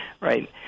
Right